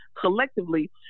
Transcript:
collectively